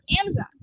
Amazon